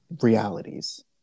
realities